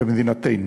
במדינתנו.